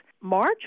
March